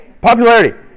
Popularity